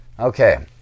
Okay